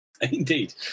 Indeed